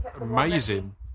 amazing